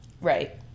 Right